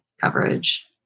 coverage